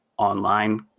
online